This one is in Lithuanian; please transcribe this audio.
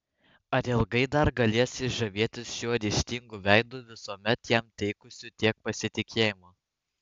ar ilgai dar galės jis žavėtis šiuo ryžtingu veidu visuomet jam teikusiu tiek pasitikėjimo